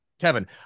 Kevin